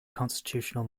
constitutional